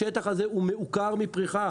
השטח הזה הוא מעוקר מפריחה.